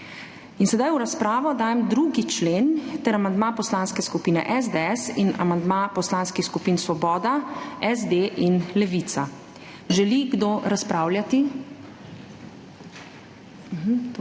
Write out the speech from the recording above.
hrano. V razpravo dajem 2. člen in amandma Poslanske skupine SDS ter amandma poslanskih skupin Svoboda, SD in Levica. Želi kdo razpravljati?